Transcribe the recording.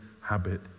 habit